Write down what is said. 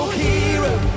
hero